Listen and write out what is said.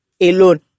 alone